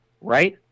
right